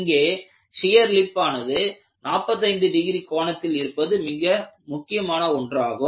இங்கே shear lip ஆனது45 degree கோணத்தில் இருப்பது முக்கியமான ஒன்றாகும்